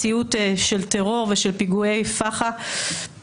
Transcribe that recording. מציאות של טרור ושל פיגועי פח"ע.